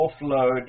offload